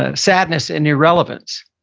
ah sadness, and irrelevance.